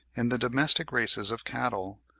in the domestic races of cattle,